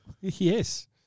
Yes